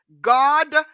God